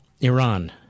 Iran